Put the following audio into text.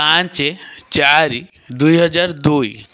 ପାଞ୍ଚ ଚାରି ଦୁଇହଜାର ଦୁଇ